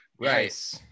right